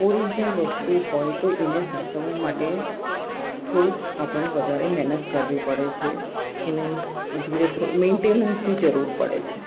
original વસ્તુ હોય તો તેને સાચવવા માટે થોડુંક આપણે વધારે મહેનત કરવી પડે છે એને થોડી એને મેન્ટેનન્સની જરૂર પડે છે